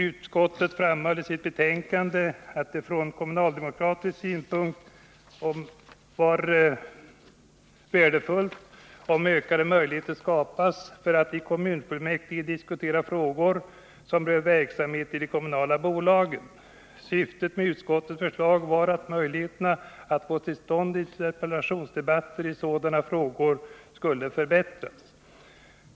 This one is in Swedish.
Utskottet framhöll i sitt betänkande att det från kommunaldemokratisk synpunkt är värdefullt om ökade möjligheter skapas för att i kommunfullmäktige diskutera frågor som rör verksamheten i de kommunala bolagen. Syftet med utskottets förslag var att möjligheterna att få till stånd interpellationsdebatter i sådana frågor skulle förbättras.